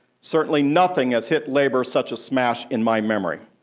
certainly, nothing has hit labor such a smash in my memory.